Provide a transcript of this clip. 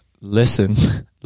listen